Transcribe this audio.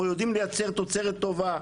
אנחנו יודעים לייצר תוצרת טובה,